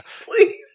Please